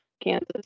Kansas